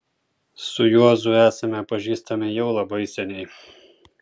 su juozu esame pažįstami jau labai seniai